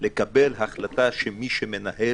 לקבל החלטה שמי שמנהל